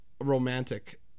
romantic